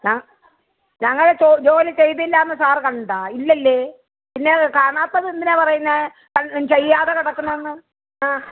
ഞ ഞങ്ങൾ ജോ ജോലി ചെയ്തില്ല എന്ന് സാർ കണ്ടോ ഇല്ലല്ലോ പിന്നെ കാണാത്തതെന്തിനാണ് പറയുന്നത് ചെയ്യാതെ കിടക്കുന്നു എന്ന് ആ